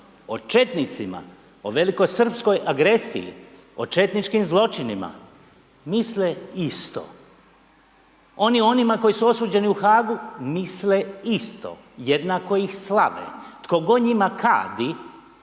o četnicima o velikosrpskoj agresiji, o četničkim zločinima misle isto. Oni o onima koji su osuđeni u Haagu misle isto, jednako ih slave. Tko god njima kadi